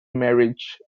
marriage